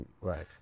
Right